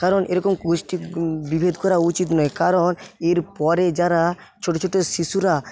কারণ এইরকম গোষ্ঠী বিভেদ করা উচিৎ নয় কারণ এর পরে যারা ছোটো ছোটো শিশুরা